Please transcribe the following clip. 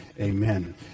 amen